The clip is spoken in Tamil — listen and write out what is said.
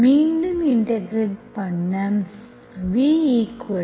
மீண்டும் இன்டெகிரெட் பண்ண v 1